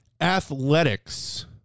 athletics